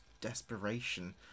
desperation